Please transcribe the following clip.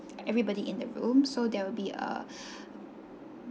everybody in the room so there will be a